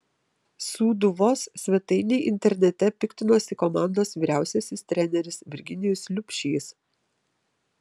sūduvos svetainei internete piktinosi komandos vyriausiasis treneris virginijus liubšys